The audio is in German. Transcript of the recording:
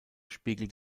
spiegelt